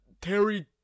Terry